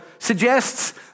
suggests